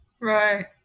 Right